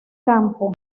campos